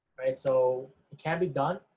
right, so it can be done.